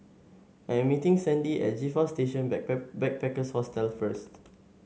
I am meeting Sandi at G Four Station Backpackers Hostel first